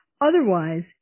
Otherwise